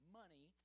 money